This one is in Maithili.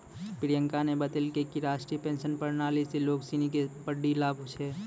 प्रियंका न बतेलकै कि राष्ट्रीय पेंशन प्रणाली स लोग सिनी के बड्डी लाभ छेकै